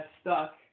stuck